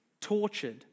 Tortured